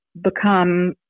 become